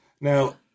Now